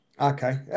Okay